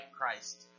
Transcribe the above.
Christ